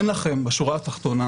אין לכם בשורה התחתונה,